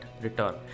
return